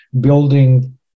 building